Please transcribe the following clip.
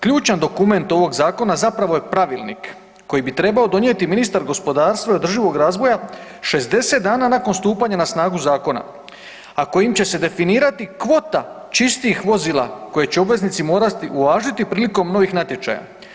Ključan dokument ovog zakona zapravo je pravilnik koji bi trebao donijeti ministar gospodarstva i održivog razvoja 60 dana nakon stupanja na snagu zakona, a kojim će se definirati kvota čistih vozila koje će obveznici morati uvažiti prilikom novih natječaja.